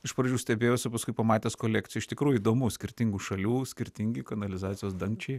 iš pradžių stebėjosi paskui pamatęs kolekcija iš tikrųjų įdomus skirtingų šalių skirtingi kanalizacijos dangčiai